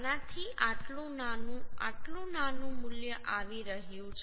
આનાથી આટલું નાનું આટલું નાનું મૂલ્ય આવી રહ્યું છે